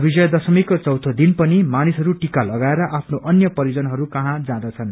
विजय दशमीको चौथो दिन पनि मानिसहरू टिका लगाएर आफ्नो अन्य परिाजनहरू कहाँ जाँदछन्